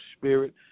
spirit